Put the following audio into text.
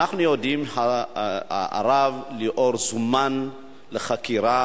אנחנו יודעים שהרב ליאור זומן לחקירה